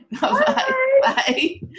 bye